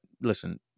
listen